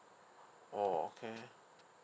oh okay